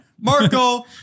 Marco